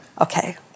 Okay